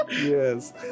Yes